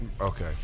Okay